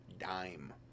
dime